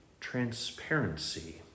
transparency